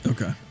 Okay